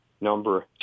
number